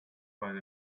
find